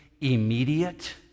immediate